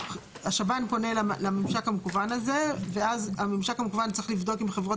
השב"ן פונה לממשק המקוון הזה ואז הממשק המקוון צריך לבדוק עם חברות